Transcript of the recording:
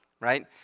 right